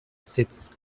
sits